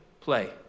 play